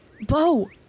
Bo